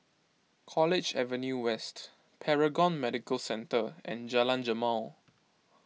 College Avenue West Paragon Medical Centre and Jalan Jamal